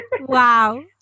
wow